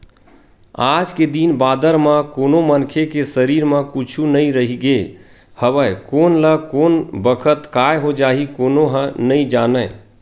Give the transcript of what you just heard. आज के दिन बादर म कोनो मनखे के सरीर म कुछु नइ रहिगे हवय कोन ल कोन बखत काय हो जाही कोनो ह नइ जानय